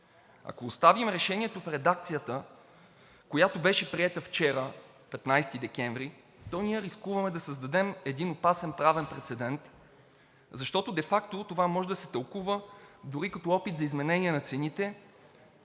Ако оставим Решението в редакцията, която беше приета вчера, 15 декември, то ние рискуваме да създадем един опасен правен прецедент, защото де факто това може да се тълкува дори като опит за изменение на цените